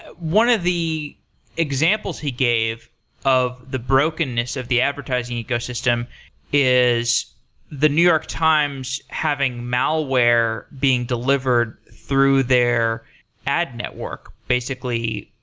ah one of the examples he gave of the brokenness of the advertising ecosystem is the new york times having malware being delivered through their ad network. basically,